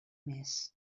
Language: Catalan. més